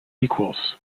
equals